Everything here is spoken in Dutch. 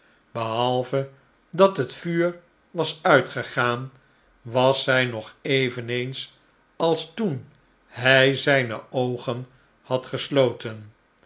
behalve dat het vuur was uitgegaan was zij nog eveneens als toen hij zijne oogen had gesloten